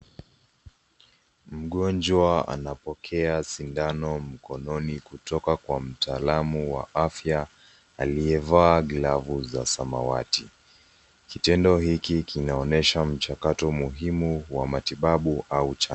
Ugonjwa anapokea sindano mkononi kutoka kwa mtaalamu wa afya aliyevaa glavu za samawati. Kitendo hiki kinaonyesha mchakato muhimu wa matibabu au chanjo.